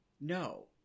No